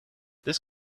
this